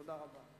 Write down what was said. תודה רבה.